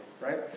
Right